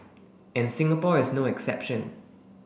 and Singapore is no exception